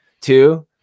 two